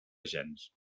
gens